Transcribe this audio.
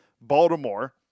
Baltimore